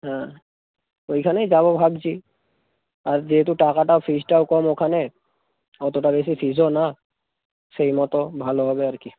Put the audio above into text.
হ্যাঁ ওইখানেই যাবো ভাবছি আর যেহেতু টাকাটা ফিজটাও কম ওখানে অতোটা বেশি ফিজও না সেই মতো ভালো হবে আর কি